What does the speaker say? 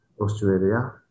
Australia